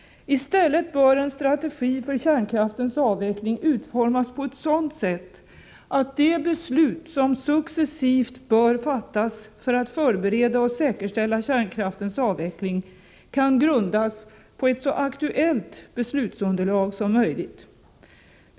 I stället bör en strategi för kärnkraftens avveckling utformas på ett sådant sätt att de beslut som successivt bör fattas för att förbereda och säkerställa kärnkraftens avveckling kan grundas på ett så aktuellt beslutsunderlag som möjligt.